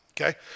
Okay